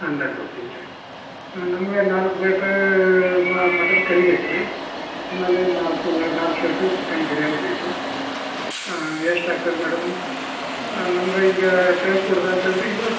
hundred rupees ರೀ ನಮಗೆ ನಾಲ್ಕು ಪ್ಲೇಟ್ ಮಟನ್ ಕರಿ ಬೇಕು ರಿ ಆಮೇಲೆ ನಾಲ್ಕು ನಾಲ್ಕು ಪ್ಲೇಟ್ ಚಿಕನ್ ಬಿರಿಯಾನಿ ಬೇಕು ಎಷ್ಟಾಗ್ತದೆ ಮೇಡಮು ನಮ್ಗೆ ಈಗ ಕಳ್ಸಿ ಕೊಡುದು ಆಗ್ತದ್ರಿ ಈಗ